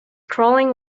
crawling